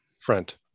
front